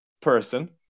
person